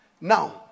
Now